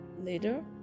later